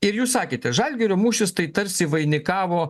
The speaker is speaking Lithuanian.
ir jūs sakėte žalgirio mūšis tai tarsi vainikavo